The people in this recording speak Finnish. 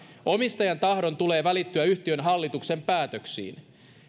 omistajan tahdon tulee välittyä yhtiön hallituksen päätöksiin